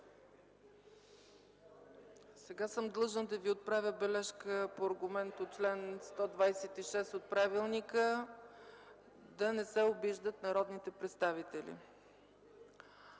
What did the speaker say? Длъжна съм да Ви отправя бележка по аргумент от чл. 126 от правилника: да не се обиждат народните представители.